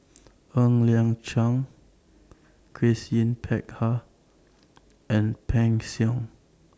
Ng Liang Chiang Grace Yin Peck Ha and Peng Siong